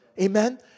Amen